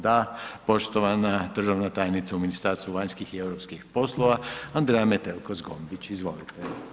Da, poštovana državna tajnica u Ministarstvu vanjskih i europskih poslova, Andreja Metelko Zgombić, izvolite.